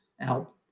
out